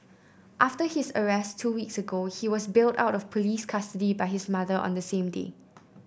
after his arrest two weeks ago he was bailed out of police custody by his mother on the same day